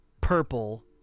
purple